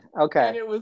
Okay